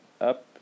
up